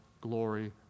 glory